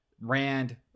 Rand